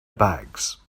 bags